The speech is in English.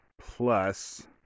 plus